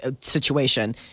Situation